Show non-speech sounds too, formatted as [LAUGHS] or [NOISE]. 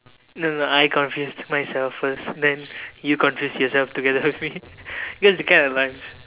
no no I confused myself first then you confused yourself together with me [LAUGHS] you know kind of like